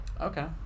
Okay